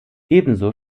ebenso